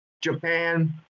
Japan